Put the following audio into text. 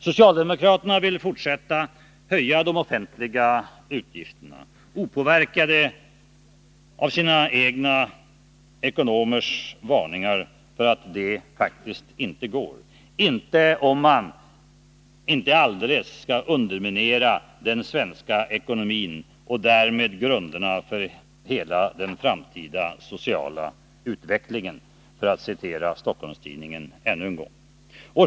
Socialdemokraterna vill fortsätta att höja de offentliga utgifterna, opåverkade av sina egna ekonomers varningar för att det faktiskt inte går —”inte om man inte alldeles skall underminera den svenska ekonomin och därmed grunderna för hela den framtida sociala tryggheten”, för att citera Stockholms-Tidningen ännu en gång.